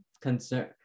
concern